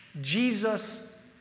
Jesus